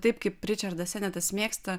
taip kaip ričardas senetas mėgsta